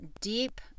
deep